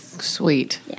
Sweet